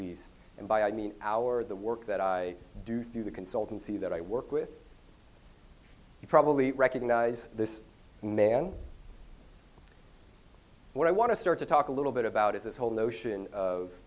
least and by i mean our the work that i do through the consultancy that i work with you probably recognize this man what i want to start to talk a little bit about is this whole notion of